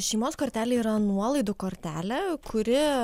šeimos kortelė yra nuolaidų kortelė kuri